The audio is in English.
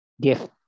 Gift